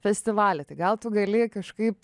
festivalį tai gal tu gali kažkaip